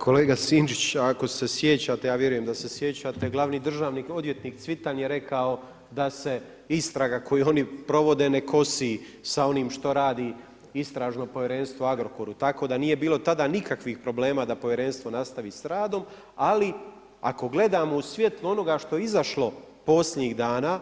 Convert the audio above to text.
Kolega Sinčić, ako se sjećate, a vjerujem da se sjećate, glavni državni odvjetnik Cvitan je rekao da se istraga koju oni provode ne kosi sa onim što radi istražno povjerenstvo o Agrokoru, tako da nije bilo tada nikakvih problema da povjerenstvo nastavi s radom, ali ako gledamo u svjetlu onoga što je izašlo posljednjih dana